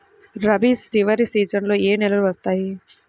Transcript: రబీ చివరి సీజన్లో ఏ నెలలు వస్తాయి?